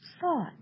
thought